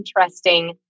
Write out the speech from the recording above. interesting